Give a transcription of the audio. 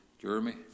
Jeremy